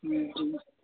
हूँ हूँ